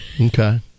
Okay